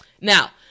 Now